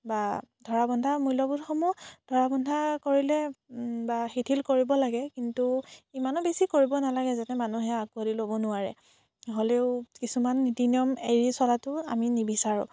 বা ধৰা বন্ধা মূল্যবোধসমূহ ধৰা বন্ধা কৰিলে বা শিথিল কৰিব লাগে কিন্তু ইমানো বেছি কৰিব নালাগে যাতে মানুহে আঁকোৱালি ল'ব নোৱাৰে হ'লেও কিছুমান নিয়ম এৰি চলাটো আমি নিবিচাৰোঁ